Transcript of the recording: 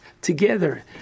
together